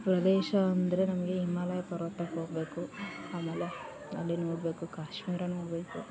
ಪ್ರದೇಶ ಅಂದರೆ ನಮಗೆ ಹಿಮಾಲಯಪರ್ವತಕ್ಕೆ ಹೋಗಬೇಕು ಆಮೇಲೆ ಅಲ್ಲಿ ನೋಡಬೇಕು ಕಾಶ್ಮೀರ ನೋಡಬೇಕು